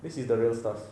this is the real stuff